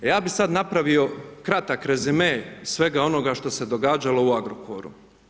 Ja bih sad napravio kratak rezime svega onoga što se događalo u Agrokoru.